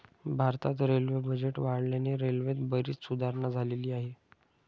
भारतात railway budget वाढल्याने रेल्वेत बरीच सुधारणा झालेली आहे